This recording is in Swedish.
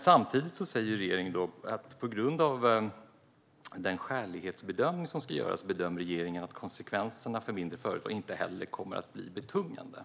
Samtidigt säger regeringen att på grund av den skälighetsbedömning som ska göras bedömer man att konsekvenserna för mindre företag inte kommer att bli betungande.